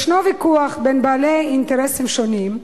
יש ויכוח בין בעלי אינטרסים שונים,